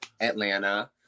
Atlanta